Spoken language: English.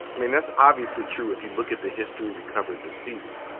i mean, that's obviously true. if you look at the history we covered this season,